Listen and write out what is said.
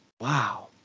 wow